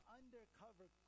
undercover